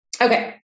okay